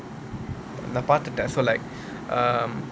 நான் பாத்துட்டேன்:naan paathuttaen so like um